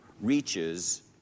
reaches